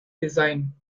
design